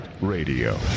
Radio